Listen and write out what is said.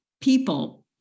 people